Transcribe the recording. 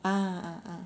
ah ah ah